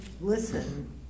listen